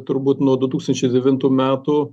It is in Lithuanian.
turbūt nuo du tūkstančiai devintų metų